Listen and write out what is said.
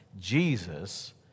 Jesus